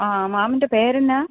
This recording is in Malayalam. ആ മാമിൻ്റെ പേരെന്താ